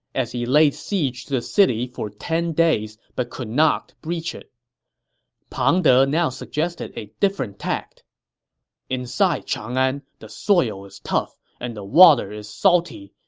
as he laid siege to the city for ten days but could not breach it pang de now suggested a different tact inside chang'an, the soil is tough and the water is salty,